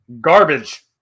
garbage